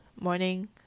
morning